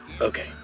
okay